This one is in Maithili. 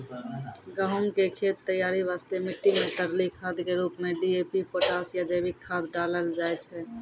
गहूम के खेत तैयारी वास्ते मिट्टी मे तरली खाद के रूप मे डी.ए.पी पोटास या जैविक खाद डालल जाय छै